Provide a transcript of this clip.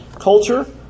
culture